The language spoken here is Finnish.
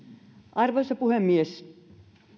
arvoisa puhemies